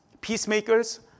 Peacemakers